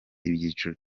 ibyiciro